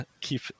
keep